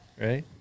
Right